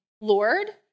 Lord